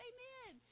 Amen